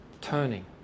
turning